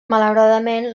malauradament